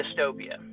Dystopia